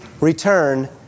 return